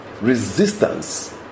Resistance